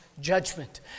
judgment